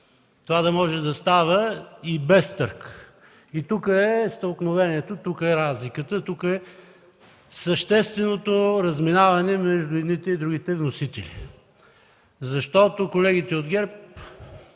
да може да става и без търг. Тук е стълкновението, тук е разликата, тук е същественото разминаване между едните и другите вносители. Колегите от ГЕРБ